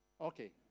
okay